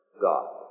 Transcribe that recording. God